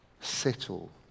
settle